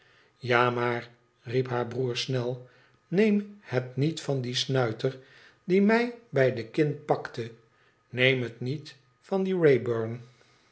ja maar riep haar broeder snel neem het niet van dien snuiter die nuj bij de kin pakte neem het niet van dien